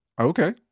Okay